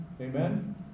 Amen